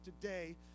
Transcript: today